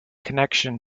connection